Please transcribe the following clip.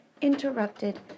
interrupted